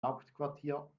hauptquartier